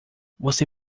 você